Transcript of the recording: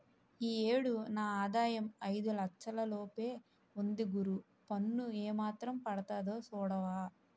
ఈ ఏడు నా ఆదాయం ఐదు లచ్చల లోపే ఉంది గురూ పన్ను ఏమాత్రం పడతాదో సూడవా